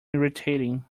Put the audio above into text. irritating